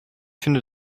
finde